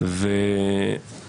ברגע שזה לא קורה,